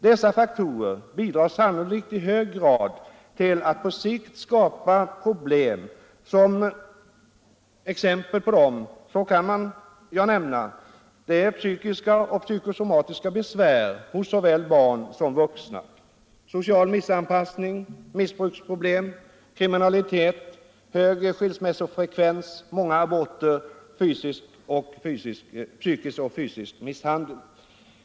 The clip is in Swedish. Dessa faktorer bidrar sannolikt i hög grad till att på sikt skapa andra problem. Som exempel på dessa kan nämnas psykiska och psykosomatiska besvär hos såväl barn som vuxna, social missanpassning, missbruksproblem, kriminalitet, hög skilsmässofrekvens, många aborter, psykisk och fysisk misshandel.